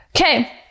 Okay